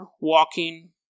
walking